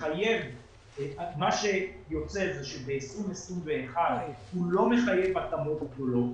מה שיוצא זה שב-2021 הוא לא מחייב התאמות גדולות,